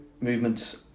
movements